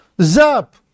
zap